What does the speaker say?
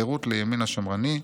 חירות לימין השמרני,